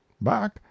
back